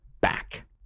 back